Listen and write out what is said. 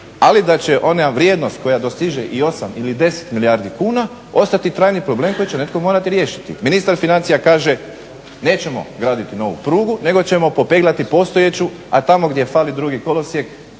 ali da će ona vrijednost koja dostiže i 8 ili 10 milijardi kuna ostati trajni problem koji će netko morati riješiti. Ministar financija kaže nećemo graditi novu prugu nego ćemo popeglati postojeću a tamo gdje fali drugi kolosijek